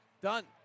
Done